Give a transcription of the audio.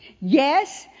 Yes